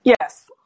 Yes